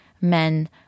men